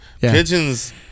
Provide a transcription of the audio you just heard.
pigeons